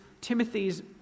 Timothy's